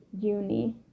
uni